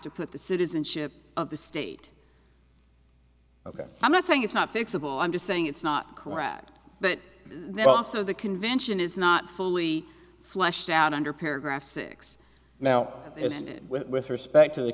to put the citizenship of the state ok i'm not saying it's not fixable i'm just saying it's not correct but there's also the convention is not fully fleshed out under paragraph six now with respect to the